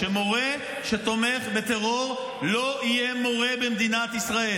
שמורה שתומך בטרור לא יהיה מורה במדינת ישראל.